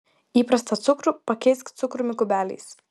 įprastą cukrų pakeisk cukrumi kubeliais